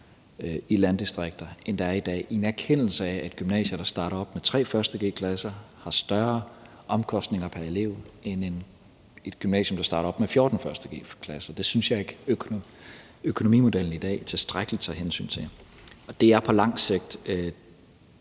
i landdistrikter, end der er i dag, i erkendelse af at gymnasier, der starter op med tre 1. g-klasser, har større omkostninger pr. elev, end et gymnasium, der starter op med 14 1. g-klasser. Det synes jeg ikke at økonomidelen i dag tager tilstrækkeligt hensyn til, og det er på lang sigt